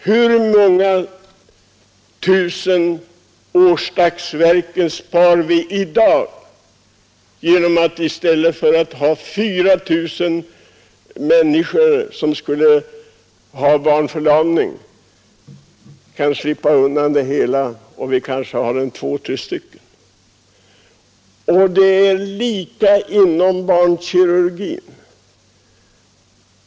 Hur många tusen års dagsverken sparar vi i dag in genom att antalet personer som drabbas av barnförlamning nedbringats från omkring 4000 per år till två tre stycken? Förhållandet är i dag detsamma inom barnkirurgin.